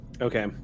Okay